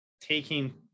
taking